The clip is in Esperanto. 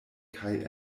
kaj